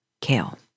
Kale